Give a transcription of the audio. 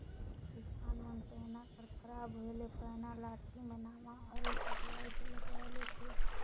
किसान मन पैना कर खराब होए ले पैना लाठी मे नावा अरई कटवाए के लगवाए लेथे